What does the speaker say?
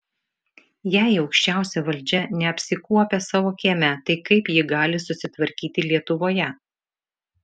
jei aukščiausia valdžia neapsikuopia savo kieme tai kaip ji gali susitvarkyti lietuvoje